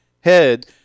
head